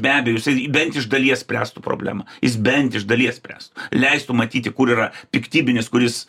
be abejo jisai bent iš dalies spręstų problemą jis bent iš dalies spręstų leistų matyti kur yra piktybinis kuris